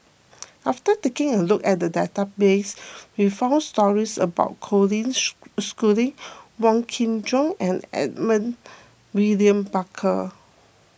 after taking a look at the database we found stories about Colin Schooling Wong Kin Jong and Edmund William Barker